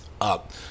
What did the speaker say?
up